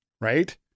right